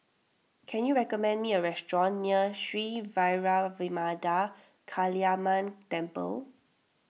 can you recommend me a restaurant near Sri Vairavimada Kaliamman Temple